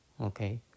okay